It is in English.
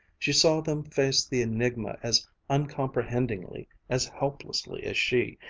she saw them face the enigma as uncomprehendingly, as helplessly as she,